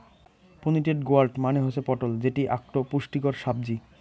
pointed gourd মানে হসে পটল যেটি আকটো পুষ্টিকর সাব্জি